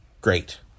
great